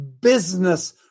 business